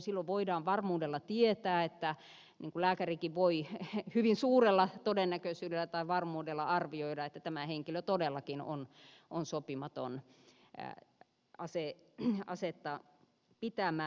silloin voidaan varmuudella tietää ja lääkärikin voi hyvin suurella todennäköisyydellä tai varmuudella arvioida että tämä henkilö todellakin on sopimaton asetta pitämään